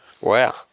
Wow